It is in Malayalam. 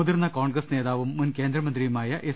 മുതിർന്ന കോൺഗ്രസ് നേതാവും മുൻ കേന്ദ്രമന്ത്രിയു മായ എസ്